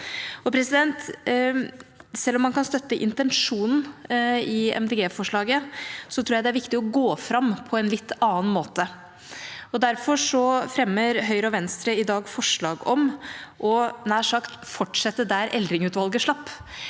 Selv om man kan støtte intensjonen i Miljøpartiet De Grønnes forslag, tror jeg det er viktig å gå fram på en litt annen måte. Derfor fremmer Høyre og Venstre i dag forslag om nær sagt å fortsette der Eldring-utvalget slapp,